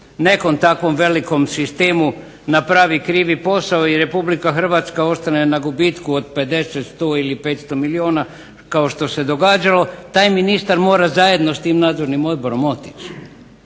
nekom takvom velikom sistemu napravi krivi posao i Republika Hrvatska ostane na gubitku od 50, 100 ili 500 milijuna kao što se događalo, taj ministar mora zajedno s tim nadzornim odborom otići